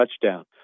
touchdown